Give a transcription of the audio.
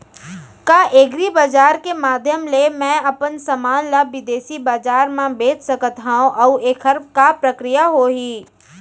का एग्रीबजार के माधयम ले मैं अपन समान ला बिदेसी बजार मा बेच सकत हव अऊ एखर का प्रक्रिया होही?